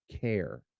care